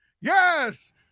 Yes